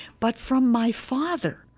but from my father,